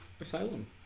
Asylum